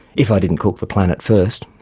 if i didn't cook the planet first.